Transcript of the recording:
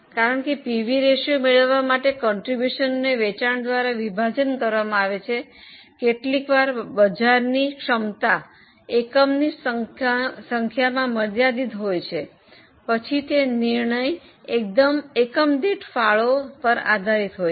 કારણ કે PV ratio મેળવવા માટે ફાળા ને વેચાણ દ્વારા વિભાજન કરવામાં આવે છે કેટલીકવાર બજારની ક્ષમતા એકમની સંખ્યામાં મર્યાદિત હોય છે પછી તે નિર્ણય એકમ દીઠ ફાળો પર આધારિત હોય છે